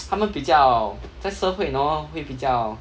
他们比较在社会 you know 会比较